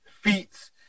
feats